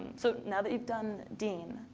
so now that you've done dean